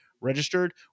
registered